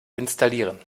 installieren